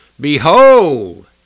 Behold